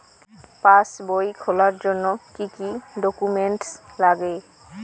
পাসবই খোলার জন্য কি কি ডকুমেন্টস লাগে?